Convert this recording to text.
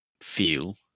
feel